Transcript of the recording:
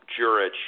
Jurich